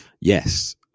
Yes